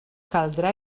caldrà